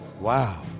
Wow